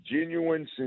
genuine